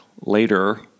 later